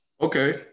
Okay